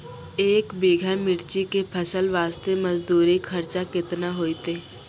एक बीघा मिर्ची के फसल वास्ते मजदूरी खर्चा केतना होइते?